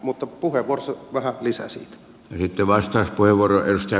mutta puheenvuorossa vähän lisää siitä